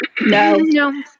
No